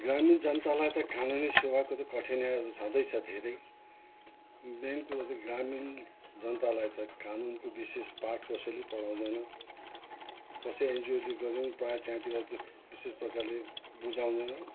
ग्रामीण जनतालाई त कानुनी सेवाको त कठिनाइहरू छदैँ छ धेरै मेन कुरो त ग्रामीण जनतालाई त कानुनको विशेष पाठ कसैले पढाउँदैन कसै एनजिओले गर्नु प्रायः त्यहाँतिर विशेष प्रकारले बुझाउँदैन